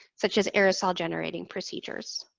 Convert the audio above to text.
such as aerosol-generating procedures.